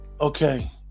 okay